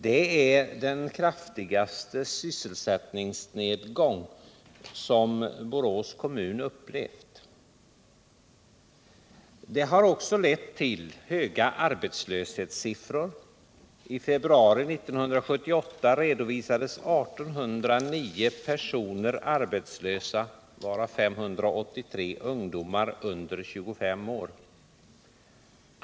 Det är den kraftigaste sysselsättningsnedgång som Borås kommun upplevt. Detta har också lett till höga arbetslöshetssiffror. I februari 1978 redovisades 1 809 arbetslösa, varav 583 ungdomar under 25 år.